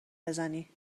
بزنی